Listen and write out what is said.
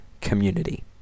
community